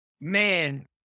Man